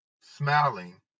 smiling